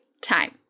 time